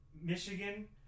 Michigan